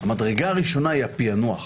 המדרגה הראשונה היא הפיענוח.